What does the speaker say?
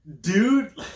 dude